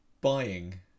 buying